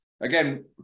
Again